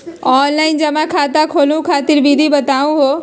Online जमा खाता खोलहु खातिर विधि बताहु हो?